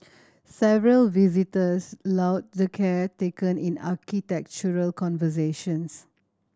several visitors lauded the care taken in architectural conservation